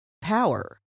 power